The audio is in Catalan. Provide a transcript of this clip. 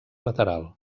lateral